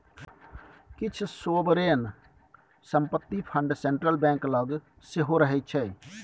किछ सोवरेन संपत्ति fund central bank लग सेहो रहय छै